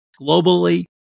globally